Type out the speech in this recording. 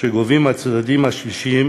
שגובים צדדים שלישיים